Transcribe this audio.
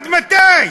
מ-2009,